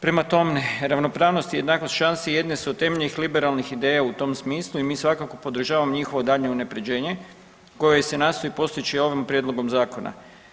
Prema tome ravnopravnost i jednakost šanse jedne su od temeljnih liberalnih ideja u tom smislu i mi svakako podržavamo njihovo daljnje unapređenje koje se nastoji postići ovim prijedlogom zakona.